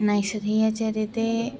नैशधीयचरिते